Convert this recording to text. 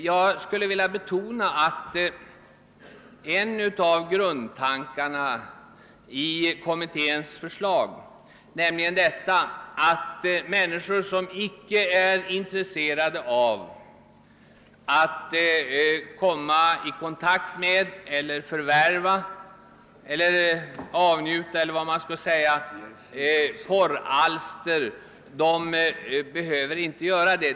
Jag skulle vilja betona att en av grundtankarna i kommitténs förslag, nämligen att människor, som icke är intresserade av att komma i kontakt med, förvärva, avnjuta — eller vad man skall säga — pornografiska alster, inte heller skall behöva göra det.